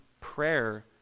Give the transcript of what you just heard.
prayer